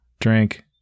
drink